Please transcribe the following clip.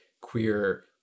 queer